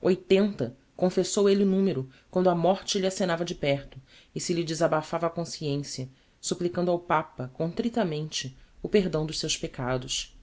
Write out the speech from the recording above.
oitenta confessou elle o numero quando a morte lhe acenava de perto e se lhe desabafava a consciencia supplicando ao papa contritamente o perdão dos seus peccados